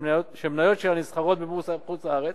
שמניות שלה נסחרות בבורסה בחוץ-לארץ,